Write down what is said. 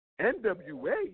NWA